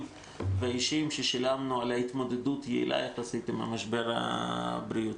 והאישיים ששילמנו על התמודדות היעילה יחסית עם המשבר הבריאותי.